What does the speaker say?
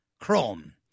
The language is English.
Chrome